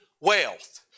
wealth